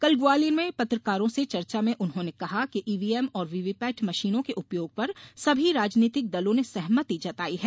कल ग्वालियर में पत्रकारों से चर्चा में उन्होंने कहा कि ईवीएम और वीवीपेट मशीनों के उपयोग पर सभी राजनीतिक दलों ने सहमति जताई है